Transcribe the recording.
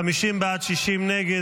50 בעד, 60 נגד.